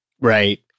Right